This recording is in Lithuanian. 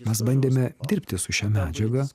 mes bandėme dirbti su šia medžiaga